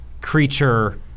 creature-